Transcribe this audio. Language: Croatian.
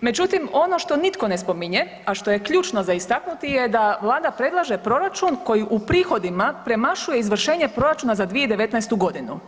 Međutim, ono što nitko ne spominje, a što je ključno za istaknuti je da Vlada predlaže proračun koji u prihodima premašuje izvršenje proračuna za 2019. godinu